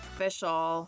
Official